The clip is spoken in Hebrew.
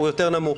הוא יותר נמוך.